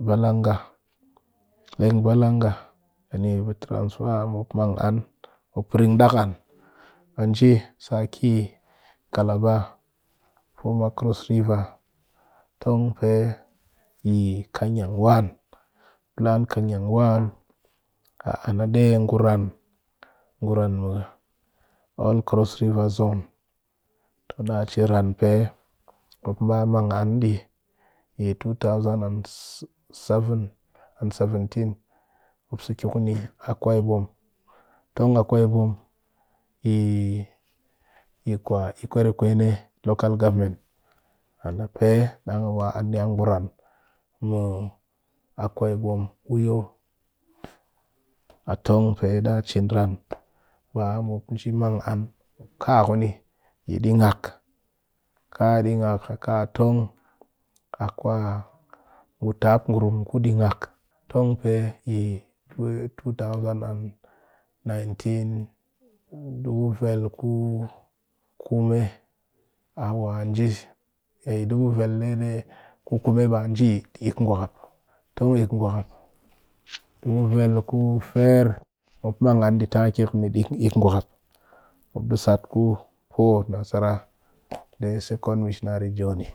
Balanga leng balanga a ni ɓe mop prin mang an mop prin dak an a nje a sa a kɨ yi kalaba former cross river tong pe yi kanang one le an kanang one a an a de a ngu ran mɨ all cross river zone to da cin ran pe mop ba mang an di year ɗ0ɓ7 mop sa kɨ kuni yi akwaiibom tong awaibom yi kwikwerequne local government an pee dang waa an a ngu ran mɨ awaibom tong da cin ran pe baa mop nje mang an ka kuni ding'ak tong a kwa ngu tap ngurum ku ding'ak ɗ0ɓ9-dubu vel ku kume dubu vel dai-dai ba nje ik'ngwakap, tong iƙngwakap dubu vel ku fire mop mang an ɗi kɨ kuni ik'ngwakap mop ɗɨ sat ku poo masara second missionary joney.